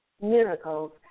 miracles